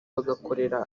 bagakorera